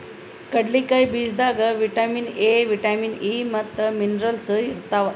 ಕಡ್ಲಿಕಾಯಿ ಬೀಜದಾಗ್ vitamin A, vitamin E ಮತ್ತ್ ಮಿನರಲ್ಸ್ ಇರ್ತವ್